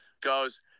goes